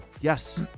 yes